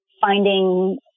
finding